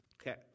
okay